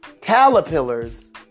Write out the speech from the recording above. caterpillars